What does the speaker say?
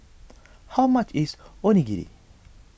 how much is Onigiri